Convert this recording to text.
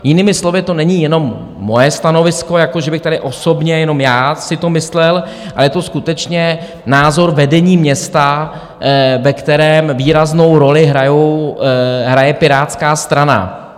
Jinými slovy, to není jenom moje stanovisko, že bych tady osobně jenom já si to myslel, ale je to skutečně názor vedení města, ve kterém výraznou roli hraje Pirátská strana.